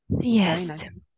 Yes